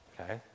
okay